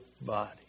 body